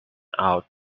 out